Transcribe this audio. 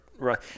Right